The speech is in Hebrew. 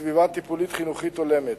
וסביבה טיפולית-חינוכית הולמת.